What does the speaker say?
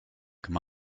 come